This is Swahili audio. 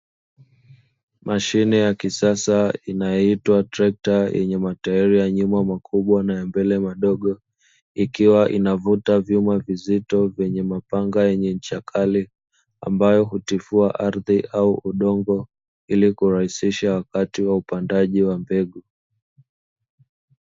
Mashine ya kisasa inayoitwa trekta, yenye matairi ya nyuma makubwa na ya mbele, madogo ikiwa inavuta vyuma vizito yenye mapanga yenye ncha kali, ambayo hutifua ardhi au udongo ili kurahisisha wakati wa upandaji wa mbegu.